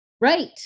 right